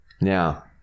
Now